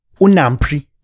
Unampri